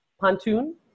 pontoon